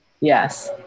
Yes